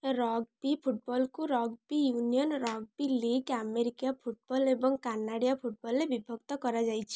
rugby ଫୁଟବଲ୍କୁ rugby union rugby league ଆମେରିକୀୟ football ଏବଂ କାନାଡ଼ିୟ ଫୁଟବଲ୍ରେ ବିଭକ୍ତ କରାଯାଇଛି